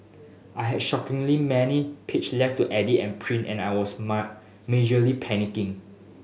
I had shockingly many page left to edit and print and I was mark majorly panicking